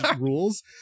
rules